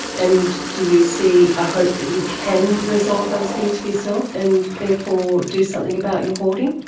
and do you see a hope that you can resolve those things for yourself and therefore do something about your hoarding?